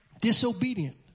Disobedient